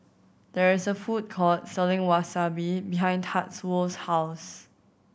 there is a food court selling Wasabi behind Tatsuo's house